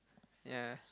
ya